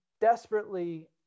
desperately